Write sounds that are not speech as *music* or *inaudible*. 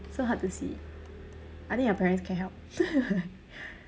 so hard to see I think your parents can help *laughs*